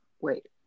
wait